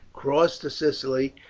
cross to sicily,